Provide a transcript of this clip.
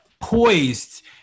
poised